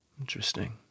Interesting